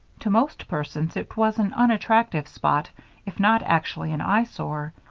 to most persons it was an unattractive spot if not actually an eyesore.